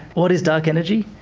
what is dark energy?